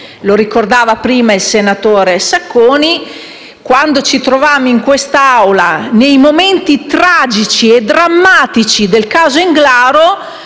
Lo ricordava prima il senatore Sacconi: quando ci trovammo in quest'Aula nei momenti tragici e drammatici del caso Englaro,